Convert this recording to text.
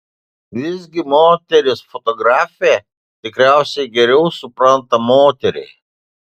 visgi moteris fotografė tikriausiai geriau supranta moterį